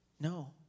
No